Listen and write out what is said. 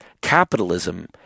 capitalism